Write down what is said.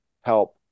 help